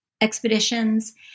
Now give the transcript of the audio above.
expeditions